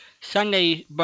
Sunday